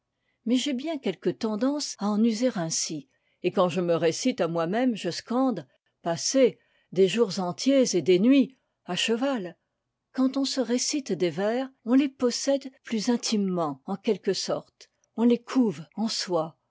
mais j'ai bien quelque tendance à en user ainsi et quand je me récite à moi-même je scande passer des jours entiers et des nuits à cheval quand on se récite des vers on les possède plus intimement en quelque sorte on les couve en soi